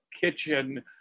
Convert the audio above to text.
kitchen